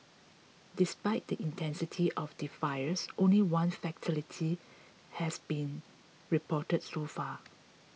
despite the intensity of the fires only one fatality has been reported so far